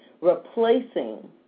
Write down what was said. replacing